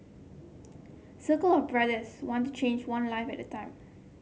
circle of Brothers want to change one life at a time